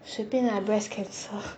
随便 lah breast cancer